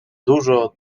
dużo